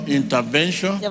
intervention